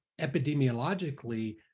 epidemiologically